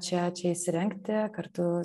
čia čia įsirengti kartu